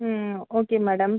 ம் okay madam